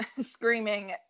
screaming